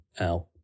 out